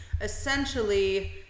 essentially